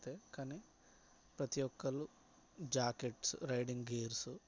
అసలైతే కానీ ప్రతి ఒక్కళ్ళూ జాకెట్స్ రైడింగ్ గేర్స్